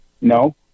No